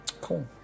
cool